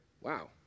Wow